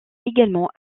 également